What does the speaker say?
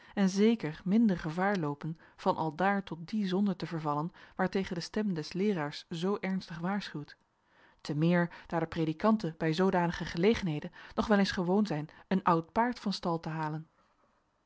en zeker minder gevaar loopen van aldaar tot die zonden te vervallen waartegen de stem des leeraars zoo ernstig waarschuwt te meer daar de predikanten bij zoodanige gelegenheden nog wel eens gewoon zijn een oud paard van stal te halen